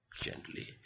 Gently